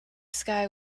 sky